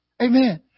Amen